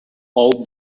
all